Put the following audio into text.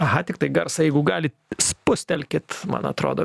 aha tiktai garsą jeigu galit spustelkit man atrodo